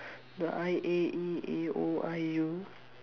the I A E A O I U